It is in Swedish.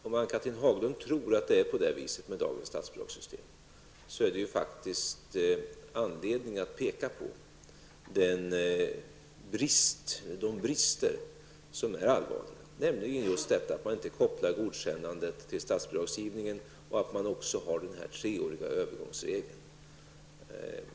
Om Ann-Cathrine Haglund tror att det är på det viset med dagens statsbidragssystem, finns det anledning att peka på brister som är allvarliga, nämligen detta att man inte kopplar godkännandet till statsbidragsgivningen och att man har den treåriga övergångsregeln.